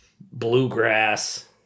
bluegrass